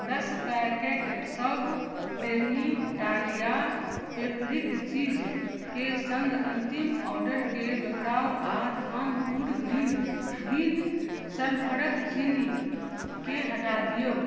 दस पैकेटसभ क्रेमीटालिया पैपरिक चीज के संग अन्तिम ऑर्डरकेँ दोहराउ आ धामपुर ग्रीन बिन सल्फरक चीनी केँ हटा दियौ